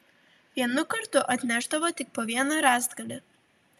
vienu kartu atnešdavo tik po vieną rąstgalį